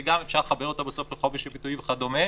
שגם אפשר לחבר אותה בסוף לחופש הביטוי וכדומה,